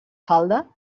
falda